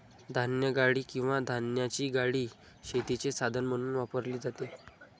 धान्यगाडी किंवा धान्याची गाडी शेतीचे साधन म्हणून वापरली जाते